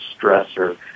stressor